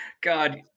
God